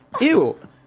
ew